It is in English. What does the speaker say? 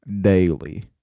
daily